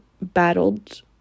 battled